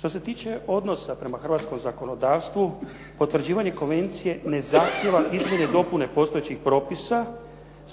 Što se tiče odnosa prema hrvatskom zakonodavstvu, potvrđivanje konvencije ne zahtijeva izmjene i dopune postojećih propisa